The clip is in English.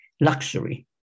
luxury